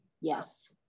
yes